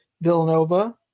Villanova